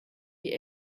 die